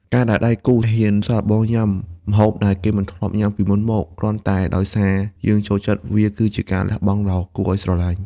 ការដែលដៃគូហ៊ានសាកល្បងញ៉ាំម្ហូបដែលគេមិនធ្លាប់ញ៉ាំពីមុនមក គ្រាន់តែដោយសារយើងចូលចិត្ត វាគឺជាការលះបង់ដ៏គួរឱ្យស្រឡាញ់។